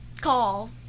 call